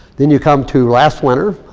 then you come to last winter.